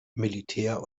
militär